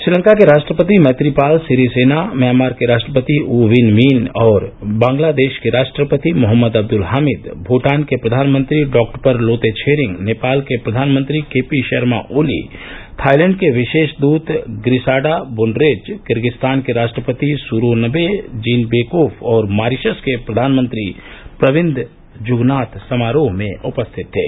श्रीलंका के राष्ट्रपति मैत्रीपाल सिरीसेना म्यामां के राष्ट्रपति ऊ विन म्यिन और बांग्लादेश के राष्ट्रापति मोहम्मद अब्दुल हामिद भूटान के प्रधानमंत्री डॉक्टपर लोते छेरिंग नेपाल के प्रधानमंत्री K P Sharma Oli Thailand की विशेष दूत ग्रिसाडा बूनरेच किर्गिजस्तारन के राष्ट्रपति सूरोनवे जीनबेकोफ और मारीशस के प्रधानमंत्री प्रविन्द जुगनाथ समारोह में उपस्थित थे